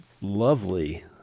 lovely